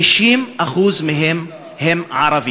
60% הם ערבים.